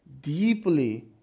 deeply